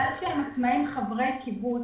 זה שהם עצמאים חברי קיבוץ,